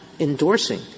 endorsing